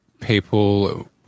people